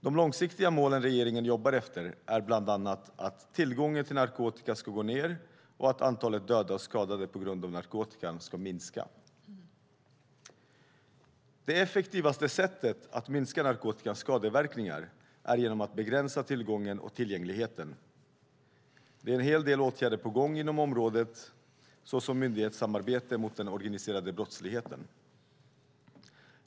De långsiktiga mål som regeringen jobbar efter är bland annat att tillgången på narkotika ska gå ned och att antalet döda och skadade på grund av narkotikan ska minska. Det effektivaste sättet att minska narkotikans skadeverkningar är genom att begränsa tillgången och tillgängligheten. Det är en hel del åtgärder på gång inom området, såsom myndighetssamarbete mot den organiserade brottsligheten.